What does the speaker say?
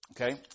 okay